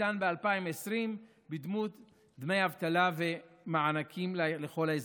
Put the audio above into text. שניתן ב-2020 בדמות דמי אבטלה ומענקים לכל האזרחים.